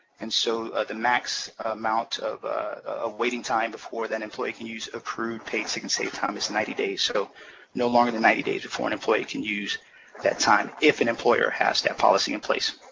and so the max amount of ah waiting time before the employee can use accrued paid sick and safe time is ninety days. so no longer than ninety days before an employee can use that time if an employer has that policy in place.